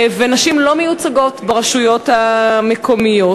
ונשים לא מיוצגות ברשויות המקומיות,